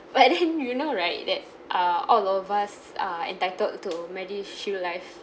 but then you know right that uh all of us are entitled to medishield life